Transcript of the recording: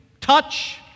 touch